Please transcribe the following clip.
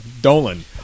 Dolan